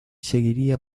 seguiría